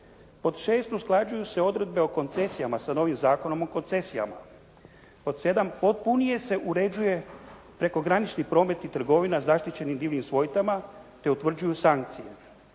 Pod šest. Usklađuju se odredbe o koncesijama sa novim Zakonom o koncesijama. Pod sedam. Potpunije se uređuje prekogranični promet i trgovina zaštićenim divljim svojtama, te utvrđuju sankcije.